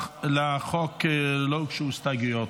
לחוק לא הוגשו הסתייגויות.